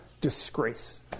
disgrace